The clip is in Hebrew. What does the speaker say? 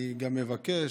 אני גם מבקש,